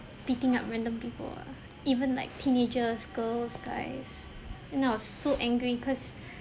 beating up random people ah even like teenagers girls guys and I was so angry cause